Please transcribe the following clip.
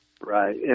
right